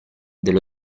dello